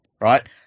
right